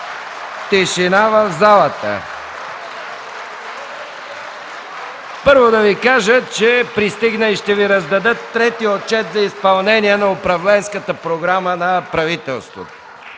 Тишина в залата! Първо, да Ви кажа, че пристигна и ще Ви раздадат третия Отчет за изпълнение на управленската програма на правителството.